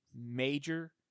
major